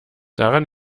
daran